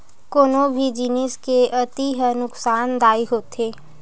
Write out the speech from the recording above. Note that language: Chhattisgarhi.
कोनो भी जिनिस के अति ह नुकासानदायी होथे